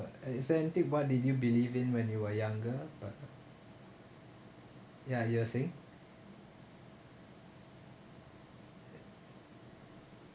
uh is there anything what did you believe in when you were younger but ya you are saying